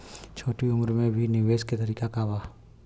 छोटी उम्र में भी निवेश के तरीका क बा?